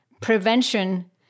prevention